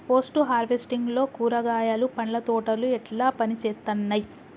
Post harvesting లో కూరగాయలు పండ్ల తోటలు ఎట్లా పనిచేత్తనయ్?